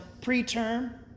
preterm